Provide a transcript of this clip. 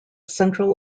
central